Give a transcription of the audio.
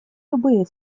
любые